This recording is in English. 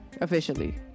officially